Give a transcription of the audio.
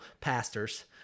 pastors